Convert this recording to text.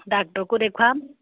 ডাক্তৰকো দেখুওৱাম